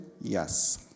Yes